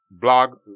blog